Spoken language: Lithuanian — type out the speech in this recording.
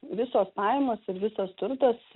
visos pajamos ir visas turtas